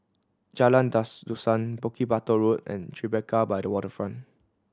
Jalan Dusun Bukit Batok Road and Tribeca by the Waterfront